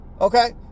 Okay